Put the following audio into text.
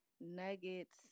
nuggets